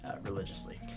religiously